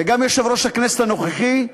וגם יושב-ראש הכנסת הנוכחי,